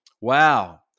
Wow